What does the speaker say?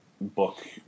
book